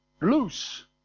loose